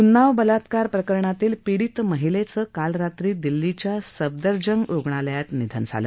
उन्नाव बलात्कार प्रकरणातील पीडित महिलेचं काल रात्री दिल्लीच्या सफदरजंग रुग्णालयात निधन झालं